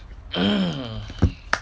um